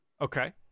Okay